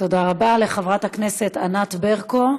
תודה רבה לחברת הכנסת ענת ברקו.